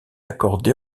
accordé